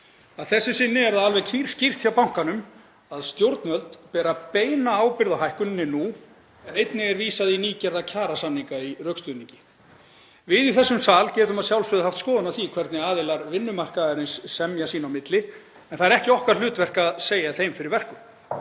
Að þessu sinni er það alveg kýrskýrt hjá bankanum að stjórnvöld bera beina ábyrgð á hækkuninni nú en einnig er vísað í nýgerða kjarasamninga í rökstuðningi. Við í þessum sal getum að sjálfsögðu haft skoðun á því hvernig aðilar vinnumarkaðarins semja sín á milli en það er ekki okkar hlutverk að segja þeim fyrir verkum.